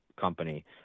company